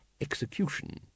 execution